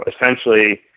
essentially